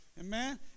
Amen